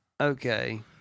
Okay